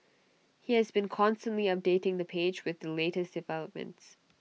he has been constantly updating the page with the latest developments